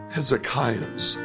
Hezekiah's